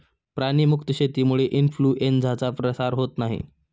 प्राणी मुक्त शेतीमुळे इन्फ्लूएन्झाचा प्रसार होत नाही